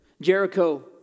Jericho